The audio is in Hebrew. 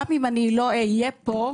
אמר: גם אם אני לא אהיה פה,